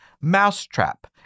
Mousetrap